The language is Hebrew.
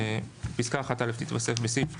פסקה (1א) תתווסף: "(1א)בסעיף 2א,